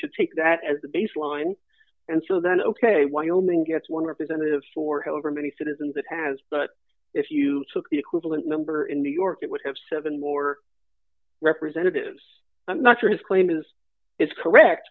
should take that as a baseline and so then ok wyoming gets one representative for however many citizens it has but if you took the equivalent number in new york it would have seven war representatives i'm not sure his claim is is correct